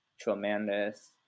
tremendous